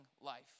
life